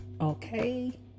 okay